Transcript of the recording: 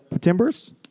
Timbers